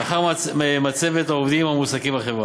אחר מצבת העובדים המועסקים בחברה,